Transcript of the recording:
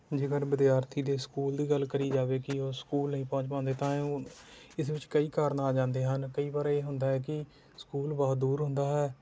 ਜੇਕਰ ਵਿਦਿਆਰਥੀ ਦੇ ਸਕੂਲ ਦੀ ਗੱਲ ਕਰੀ ਜਾਵੇ ਕਿ ਉਹ ਸਕੂਲ ਨਹੀਂ ਪਹੁੰਚ ਪਾਉਂਦੇ ਤਾਂ ਉਹ ਇਸ ਵਿੱਚ ਕਈ ਕਾਰਨ ਆ ਜਾਂਦੇ ਹਨ ਕਈ ਵਾਰੀ ਇਹ ਹੁੰਦਾ ਹੈ ਕਿ ਸਕੂਲ ਬਹੁਤ ਦੂਰ ਹੁੰਦਾ ਹੈ